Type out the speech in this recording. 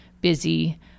busy